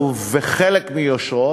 ובחלק מיושרו,